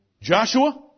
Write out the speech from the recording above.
Joshua